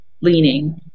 leaning